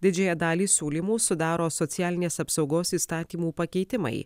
didžiąją dalį siūlymų sudaro socialinės apsaugos įstatymų pakeitimai